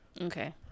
okay